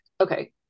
okay